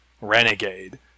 Renegade